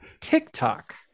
TikTok